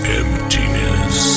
emptiness